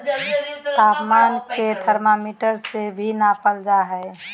तापमान के थर्मामीटर से भी नापल जा हइ